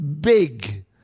big